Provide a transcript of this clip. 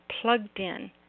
plugged-in